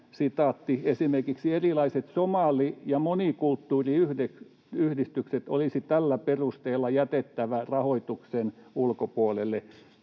virkkeenä: ”Esimerkiksi erilaiset somali‑ ja monikulttuuriyhdistykset olisi tällä perusteella jätettävä rahoituksen ulkopuolelle.”